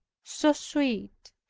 so sweet,